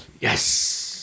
Yes